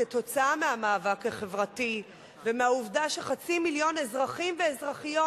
בגלל המאבק החברתי והעובדה שחצי מיליון אזרחים ואזרחיות